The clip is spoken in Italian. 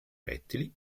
rettili